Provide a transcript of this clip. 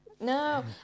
No